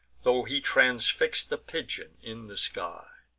tho' he transfix'd the pigeon in the skies.